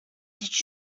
did